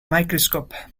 microscope